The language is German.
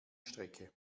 strecke